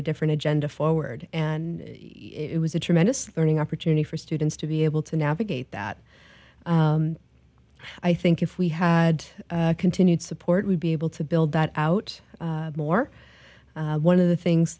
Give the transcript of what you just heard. a different agenda forward and it was a tremendous learning opportunity for students to be able to navigate that i think if we had continued support we'd be able to build that out more one of the things